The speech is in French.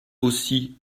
aussi